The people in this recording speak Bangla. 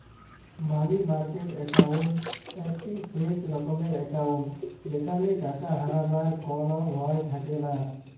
মালি মার্কেট একাউন্ট একটি স্যেফ রকমের একাউন্ট যেখালে টাকা হারাবার কল ভয় থাকেলা